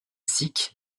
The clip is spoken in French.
sikh